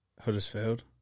Huddersfield